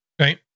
Right